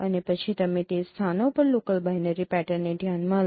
અને પછી તમે તે સ્થાનો પર લોકલ બાઈનરી પેટર્નને ધ્યાનમાં લો